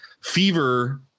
fever